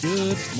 Good